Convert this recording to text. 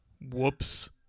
Whoops